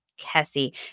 Kessie